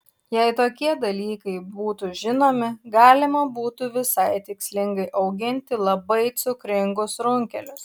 jei tokie dalykai būtų žinomi galima būtų visai tikslingai auginti labai cukringus runkelius